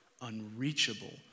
unreachable